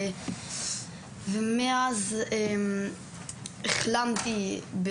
ומאז החלמתי.